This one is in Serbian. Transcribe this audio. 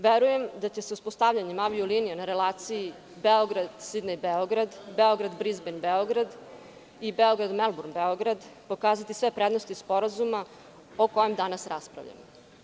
Verujem da će se uspostavljanjem avio linije na relaciji Beograd-Sidnej- Beograd, Beograd-Brizben-Beograd i Beograd-Melburn-Beograd pokazati sve prednosti sporazuma o kojem danas raspravljamo.